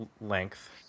length